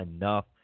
enough